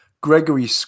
Gregory